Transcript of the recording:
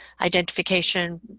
identification